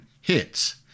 hits